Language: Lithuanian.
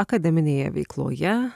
akademinėje veikloje